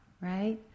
right